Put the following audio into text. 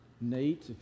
Nate